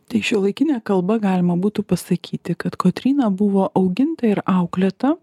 tai šiuolaikine kalba galima būtų pasakyti kad kotryna buvo auginta ir auklėta